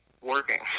working